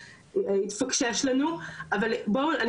אני באמת מציעה שניכנס עכשיו אפילו לזכותון בשפה הסינית,